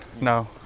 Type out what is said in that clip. No